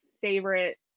favorite